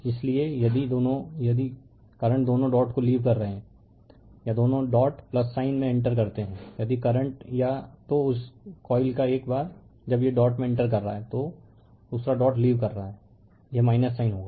इसलिए यदि दोनों यदि करंट दोनों डॉट को लीव कर रहे है या दोनों डॉट साइन में इंटर करते है यदि करंट या तो इस कॉइल का एक बार जब यह डॉट में इंटर कर रहा है तो दूसरा डॉट लीव कर रहा है यह साइन होगा